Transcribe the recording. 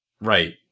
Right